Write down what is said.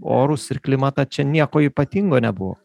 orus ir klimatą čia nieko ypatingo nebuvo